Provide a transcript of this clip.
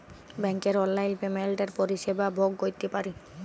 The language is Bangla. ব্যাংকের অললাইল পেমেল্টের পরিষেবা ভগ ক্যইরতে পারি